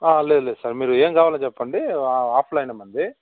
లేదు లేదు సార్ మీరు ఏం కావాలో చెప్పండి ఆఫ్లైనే మనది